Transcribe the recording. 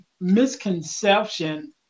misconception